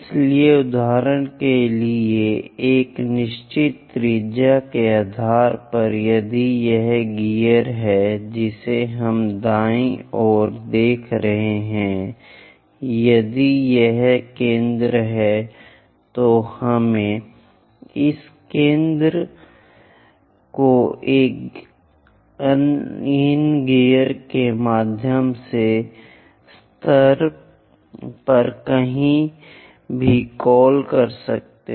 इसलिए उदाहरण के लिए एक निश्चित त्रिज्या के आधार पर यदि यह गियर है जिसे हम दायीं ओर देख रहे हैं यदि यह केंद्र है तो हमें इस एक केंद्र को इन गियर के माध्य स्तर पर कहीं से भी कॉल करें